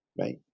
right